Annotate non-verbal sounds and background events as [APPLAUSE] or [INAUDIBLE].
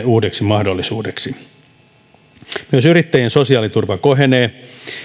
[UNINTELLIGIBLE] uudeksi mahdollisuudeksi myös yrittäjien sosiaaliturva kohenee